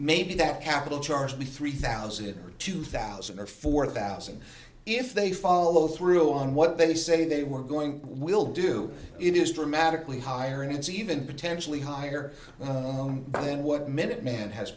maybe that capital charge be three thousand or two thousand or four thousand if they follow through on what they said they were going will do it is dramatically higher and it's even potentially higher than what minuteman has